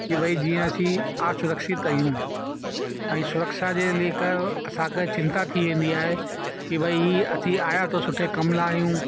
कि भई जीअं असी आप असुरक्षित आहियूं ऐं सुरक्षा जे लेकर असांखे चिंता थी वेंदी आहे कि भई ही अची आया त सुठे कम लाइ आहियूं